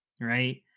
right